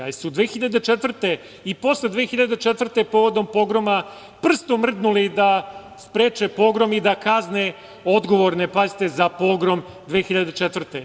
A jesu li 2004. i posle 2004. povodom Pogroma prstom mrdnuli da spreče Pogrom i da kazne odgovorne za Pogrom 2004. godine?